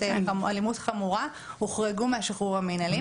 עבירות אלימות חמורה הוחרגו מהשחרור המנהלי,